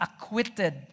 acquitted